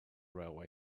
railway